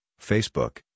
Facebook